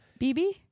BB